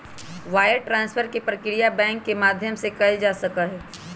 wire transfer के प्रक्रिया bank के माध्यम से ही कइल जा सका हई